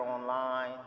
online